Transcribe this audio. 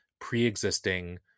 pre-existing